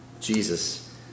Jesus